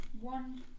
one